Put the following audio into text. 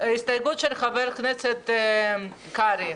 ההסתייגות של חבר הכנסת קרעי.